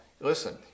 Listen